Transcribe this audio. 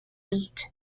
beat